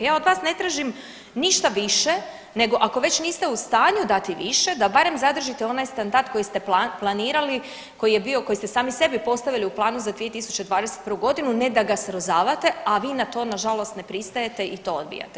Ja od vas ne tražim ništa više nego ako već niste u stanju dati više da barem zadržite onaj standard koji ste planirali, koji ste sami sebi postavili u planu za 2021.g. ne da ga srozavate, a vi na to nažalost ne pristajete i to odbijate.